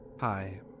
Hi